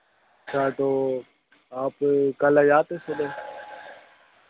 अच्छा तो आप कल आ जाते है सुबह